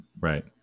right